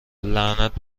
لعنت